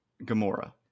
Gamora